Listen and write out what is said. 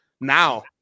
Now